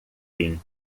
fim